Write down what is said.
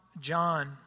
John